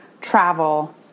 travel